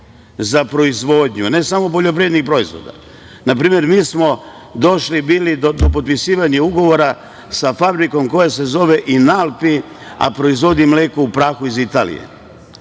za proizvodnju, ne samo poljoprivrednih proizvoda. Na primer, mi smo došli bili do potpisivanja ugovora sa fabrikom koja se zove „Inalpi“, a proizvodi mleko u prahu iz Italije,